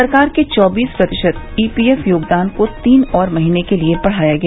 सरकार के चौबीस प्रतिशत ईपीएफ योगदान को तीन और महीने के लिए बढ़ाया गया